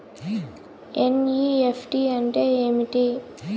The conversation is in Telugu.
ఎన్.ఇ.ఎఫ్.టి అంటే ఏమి